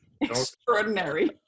extraordinary